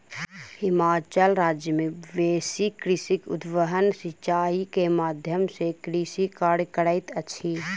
हिमाचल राज्य मे बेसी कृषक उद्वहन सिचाई के माध्यम सॅ कृषि कार्य करैत अछि